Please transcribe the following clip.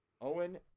Owen